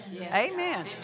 Amen